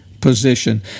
position